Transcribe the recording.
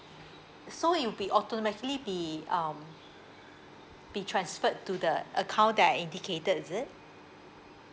so it'll be automatically be um be transferred to the account that I indicated is it